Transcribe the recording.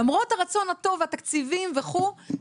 למרות הרצון הטוב והתקציבים וכו'.